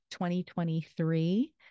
2023